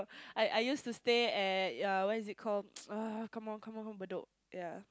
I I used to stay at yeah what is it called come on come on Bedok yeah